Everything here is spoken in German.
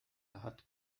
hat